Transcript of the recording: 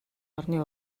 орны